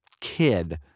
kid